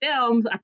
films